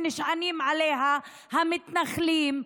שנשענים עליהם המתנחלים,